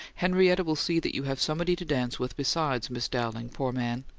henrietta'll see that you have somebody to dance with besides miss dowling, poor man!